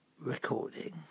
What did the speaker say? recording